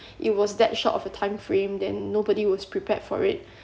it was that short of a time frame then nobody was prepared for it